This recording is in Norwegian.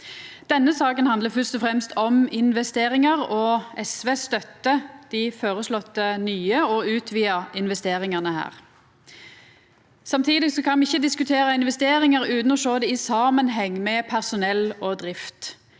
Denne saka handlar først og fremst om investeringar, og SV støttar dei føreslåtte nye og utvida investeringane. Samtidig kan me ikkje diskutera investeringar utan å sjå det i samanheng med personell og drift.